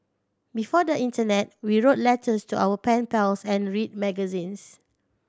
before the internet we wrote letters to our pen pals and read magazines